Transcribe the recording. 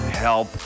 help